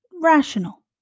rational